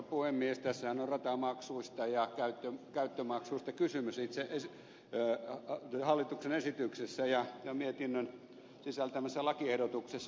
tässähän on ratamaksuista ja käyttömaksuista kysymys itse hallituksen esityksessä ja mietinnön sisältämässä lakiehdotuksessa